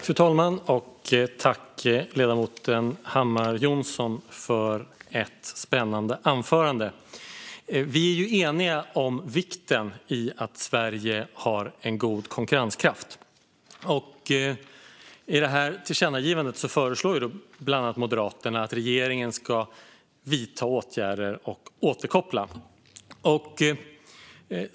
Fru talman! Tack, ledamoten Hammar Johnsson, för ett spännande anförande! Vi är eniga om vikten av att Sverige har en god konkurrenskraft. I tillkännagivandet föreslår bland annat Moderaterna att regeringen ska vidta åtgärder och återkoppla.